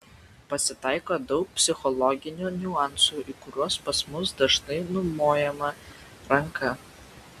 pasitaiko daug psichologinių niuansų į kuriuos pas mus dažnai numojama ranka